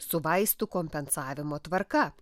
su vaistų kompensavimo tvarka